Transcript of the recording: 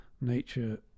nature